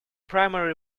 primary